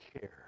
care